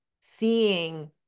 seeing